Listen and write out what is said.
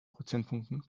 prozentpunkten